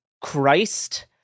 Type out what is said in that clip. Christ